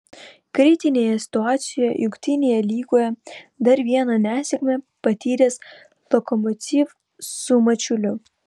kritinėje situacijoje jungtinėje lygoje dar vieną nesėkmę patyręs lokomotiv su mačiuliu